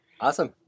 awesome